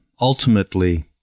ultimately